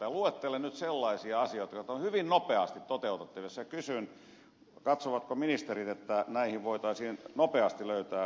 luettelen nyt sellaisia asioita jotka ovat hyvin nopeasti toteutettavissa ja kysyn katsovatko ministerit että näihin voitaisiin nopeasti löytää vastaukset